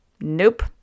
Nope